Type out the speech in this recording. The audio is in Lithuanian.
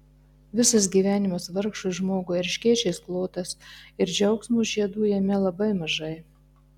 visas gyvenimas vargšui žmogui erškėčiais klotas ir džiaugsmo žiedų jame labai mažai